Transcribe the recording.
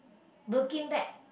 birkin bag